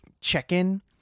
check-in